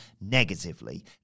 negatively